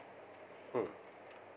mm